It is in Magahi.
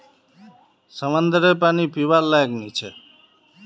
समंद्ररेर पानी पीवार लयाक नी छे